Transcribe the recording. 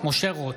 משה רוט,